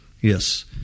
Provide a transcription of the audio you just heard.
Yes